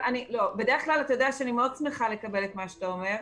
יודע שבדרך כלל אני מאוד שמחה לקבל את מה שאתה אומר,